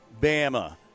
Bama